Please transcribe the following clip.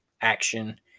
action